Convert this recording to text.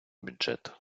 бюджет